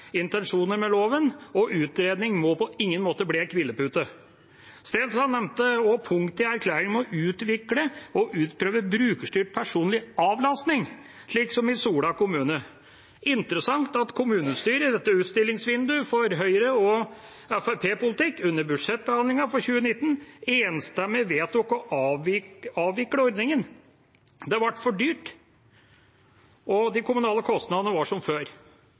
intensjoner med loven, og utredning må på ingen måte bli en hvilepute. Representanten Stensland nevnte også punktet i plattformen om å utvikle og utprøve brukerstyrt personlig avlastning, slik som i Sola kommune. Det er interessant at kommunestyret, i dette utstillingsvinduet for høyre- og fremskrittspartipolitikk, under budsjettbehandlingen for 2019 enstemmig vedtok å avvikle ordningen. Det ble for dyrt, og de kommunale kostnadene var som før.